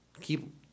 keep